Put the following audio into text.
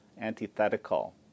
antithetical